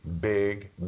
big